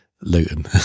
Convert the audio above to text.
Luton